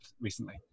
recently